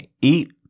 eat